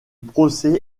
procès